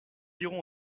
irons